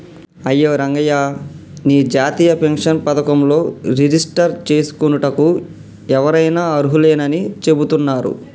అయ్యో రంగయ్య నీ జాతీయ పెన్షన్ పథకంలో రిజిస్టర్ చేసుకోనుటకు ఎవరైనా అర్హులేనని చెబుతున్నారు